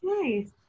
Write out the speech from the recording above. Nice